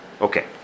Okay